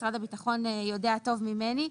משרד הביטחון יודע טוב ממני.